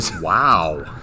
Wow